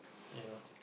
you know